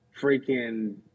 Freaking